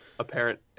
apparent